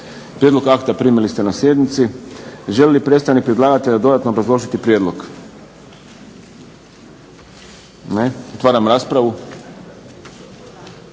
Prijedlog akta primili ste na sjednici. Želi li predstavnik predlagatelja dodatno obrazložiti prijedlog? Ne. Otvaram raspravu.